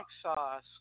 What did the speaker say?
sauce